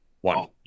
One